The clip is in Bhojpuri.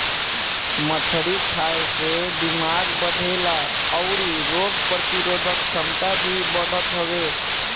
मछरी खाए से दिमाग बढ़ेला अउरी रोग प्रतिरोधक छमता भी बढ़त हवे